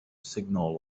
signal